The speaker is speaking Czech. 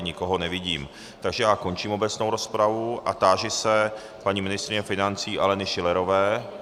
Nikoho nevidím, takže končím obecnou rozpravu a táži se paní ministryně financí Aleny Schillerové?